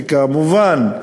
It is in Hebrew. וכמובן,